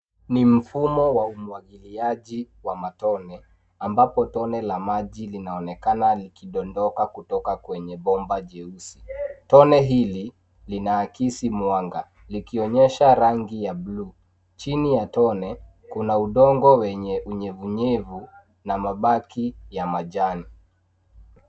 Ni mfumo wa umwagiliaji wa matone amabapo tone la maji linaonekana likidondoka kutoka kwenye bomba jeusi. Tone hili linaakisi mwanga likionyesha rangi ya blue. Chini ya tone kuna udongo wenye unyevunyevu na mabaki ya majani.